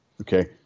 Okay